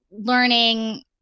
learning